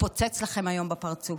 מתפוצץ לכם היום בפרצוף.